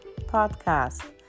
podcast